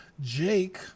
Jake